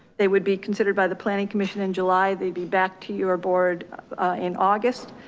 they would be considered by the planning commission in july, they'd be back to your board in august.